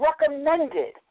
recommended